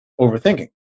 overthinking